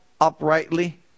uprightly